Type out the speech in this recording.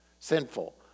sinful